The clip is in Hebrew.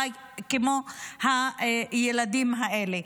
כמו הילדים האלה.